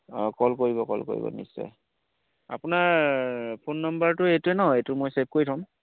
অঁ কল কৰিব কল কৰিব নিশ্চয় আপোনাৰ ফোন নাম্বাৰটো এইটোৱে নহ্ এইটো মই ছেভ কৰি থ'ম